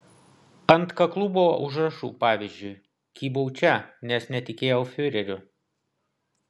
ant kaklų buvo užrašų pavyzdžiui kybau čia nes netikėjau fiureriu